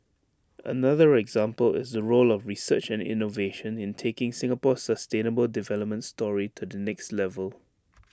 another example is the role of research and innovation in taking Singapore's sustainable development story to the next level